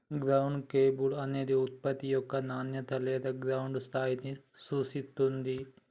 ground label అనేది ఉత్పత్తి యొక్క నాణేత లేదా గ్రౌండ్ స్థాయిని సూచిత్తుంది